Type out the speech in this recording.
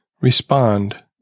Respond